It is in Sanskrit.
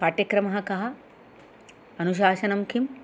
पाठ्यक्रमः कः अनुशाशनं किं